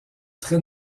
très